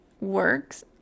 works